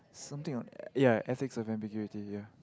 something like ya ethics of ambiguity ya